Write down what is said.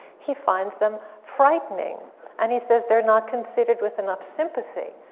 he finds them frightening and he says they're not considered with enough sympathy,